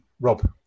Rob